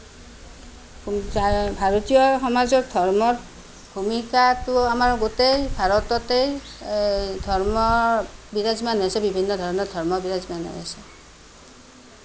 ভাৰতীয় সমাজত ধৰ্মৰ ভূমিকাটো আমাৰ গোটেই ভাৰততেই ধৰ্ম বিৰাজমান হৈছে বিভিন্ন ধৰণৰ ধৰ্ম বিৰাজমান হৈছে